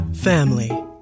family